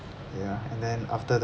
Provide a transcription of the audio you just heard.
ya and then after the